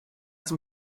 zum